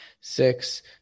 six